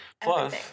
Plus